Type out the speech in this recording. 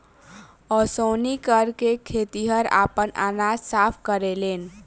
ओसौनी करके खेतिहर आपन अनाज साफ करेलेन